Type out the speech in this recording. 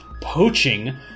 poaching